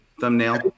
thumbnail